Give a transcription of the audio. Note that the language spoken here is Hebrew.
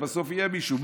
אז בסוף יהיה מישהו.